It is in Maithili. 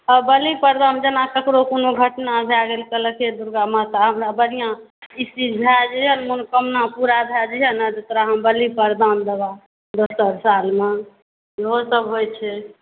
हँ बलिप्रदान जेना ककरो कोनो घटना भए गेल तऽ कहलक हे दुर्गा माता हमरा बढ़िऑं ई चीज भए जाइया मनोकामना पुरा भए जाइया ने तऽ तोरा हम बलि प्रदान देबौ दोसर सालमे सेहो सभ होइ छै